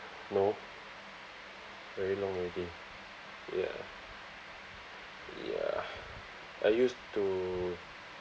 no very long already ya ya I used to